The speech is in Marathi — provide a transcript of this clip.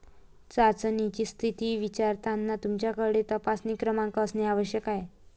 चाचणीची स्थिती विचारताना तुमच्याकडे तपासणी क्रमांक असणे आवश्यक आहे